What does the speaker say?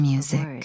Music